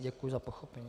Děkuju za pochopení.